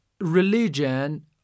religion